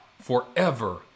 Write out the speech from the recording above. forever